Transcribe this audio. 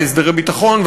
והסדרי ביטחון,